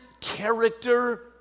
character